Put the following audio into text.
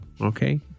Okay